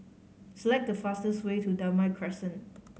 select the fastest way to Damai Crescent